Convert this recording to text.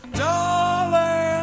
darling